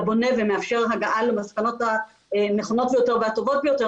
בונה ומאפשר הגעה למסקנות הנכונות ביותר והטובות ביותר,